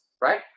right